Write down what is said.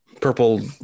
purple